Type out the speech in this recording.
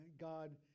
God